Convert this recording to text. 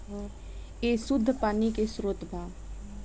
ए शुद्ध पानी के स्रोत बा